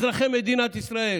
אזרחי מדינת ישראל,